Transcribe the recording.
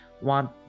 want